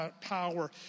power